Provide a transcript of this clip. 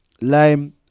lime